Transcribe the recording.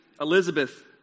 Elizabeth